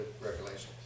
regulations